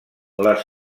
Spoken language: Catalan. les